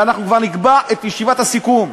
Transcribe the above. וכבר נקבע את ישיבת הסיכום.